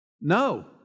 No